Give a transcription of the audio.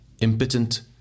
impotent